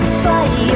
fire